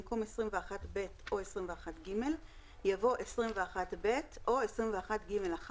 במקום "21ב או 21ג" יבוא "21ב או 21ג1"